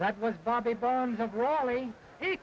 that was bobby bones of raleigh he